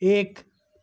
एक